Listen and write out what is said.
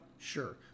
Sure